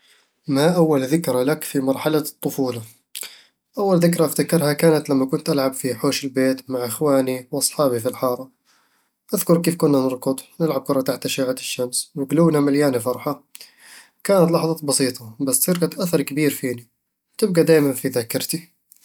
ما أول ذكرى لك في مرحلة الطفولة؟ أول ذكرى أفتكرها كانت لما كنت ألعب في حوش البيت مع أخواني وأصحابي في الحارة أذكر كيف كنا نركض ونلعب الكرة تحت أشعة الشمس وقلوبنا مليانة فرحة كانت لحظات بسيطة بس تركت أثر كبير فيني، وتبقى دائمًا في ذاكرتي